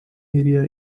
area